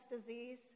disease